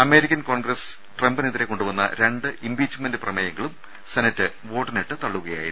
American Congress ട്രംപിനെതിരെ കൊണ്ടുവന്ന രണ്ട് ഇംപീച്ച്മെന്റ് പ്രമേയങ്ങളും സെനറ്റ് വോട്ടിനിട്ട് തള്ളുകയായിരുന്നു